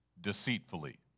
deceitfully